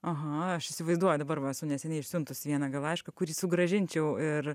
aha aš įsivaizduoju dabar va esu neseniai išsiuntus vieną gal laišką kurį sugrąžinčiau ir